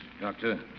Doctor